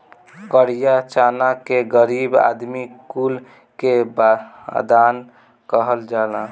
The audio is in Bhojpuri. करिया चना के गरीब आदमी कुल के बादाम कहल जाला